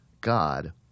God